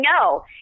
no